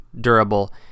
durable